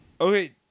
Okay